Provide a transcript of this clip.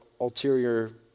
ulterior